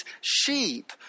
sheep